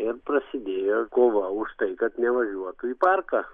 ir prasidėjo kova už tai kad nevažiuotų į parką